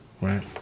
right